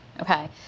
Okay